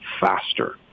faster